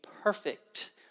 perfect